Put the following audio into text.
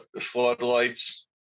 floodlights